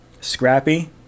scrappy